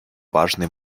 важный